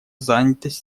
занятость